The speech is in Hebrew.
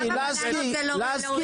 למה בננות זה לא רווחי?